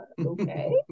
okay